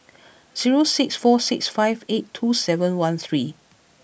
zero six four six five eight two seven one three